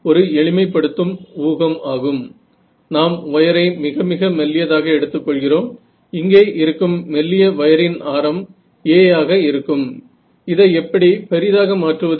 तर हे मला नॉन कॉनव्हेएक्स ऑप्टिमाइझेशन देते